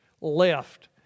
left